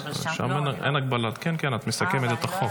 שם אין הגבלה, כן, כן, את מסכמת את החוק.